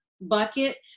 bucket